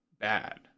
bad